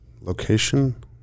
Location